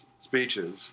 speeches